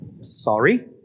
sorry